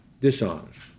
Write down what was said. dishonest